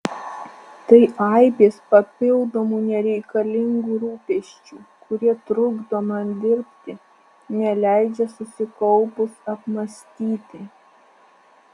tai aibės papildomų nereikalingų rūpesčių kurie trukdo man dirbti neleidžia susikaupus apmąstyti